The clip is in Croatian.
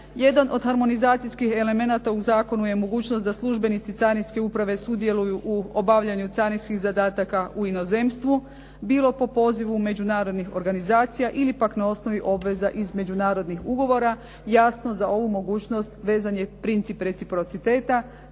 Jedan od harmonizacijskih elemenata u zakonu je mogućnost da službenici carinske uprave sudjeluju u obavljanju carinskih zadataka u inozemstvu, bilo po pozivu međunarodnih organizacija ili pak na osnovi obveza iz međunarodnih ugovora, jasno za ovu mogućnost vezan je princip reciprociteta,